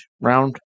round